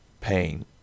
pain